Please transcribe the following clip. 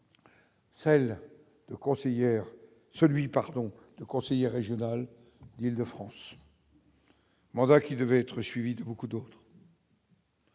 le conseiller régional d'Île-de-France. Mandat qui devait être suivie de beaucoup d'autres.